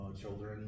children